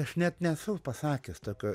aš net nesu pasakęs tokio